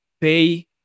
pay